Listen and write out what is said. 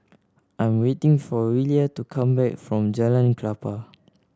I am waiting for Willia to come back from Jalan Klapa